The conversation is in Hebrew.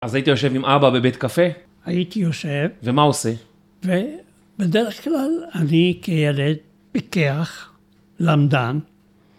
אז היית יושב עם אבא בבית קפה? הייתי יושב. ומה עושה? ובדרך כלל אני כילד פיקח, למדן,